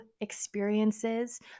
experiences